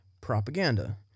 propaganda